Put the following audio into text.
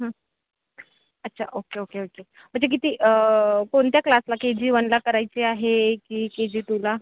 हं अच्छा okay okay okay म्हणजे किती कोणत्या क्लासला के जी वनला करायची आहे की के जी टूला